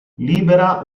libera